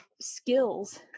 skills